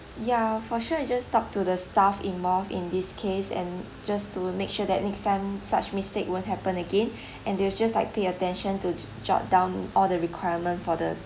ya for sure we just talk to the staff involved in this case and just to make sure that next time such mistake won't happen again and they will just like pay attention to jot down all the requirement for the